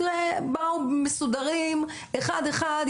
באו מסודרים אחד אחד,